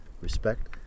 respect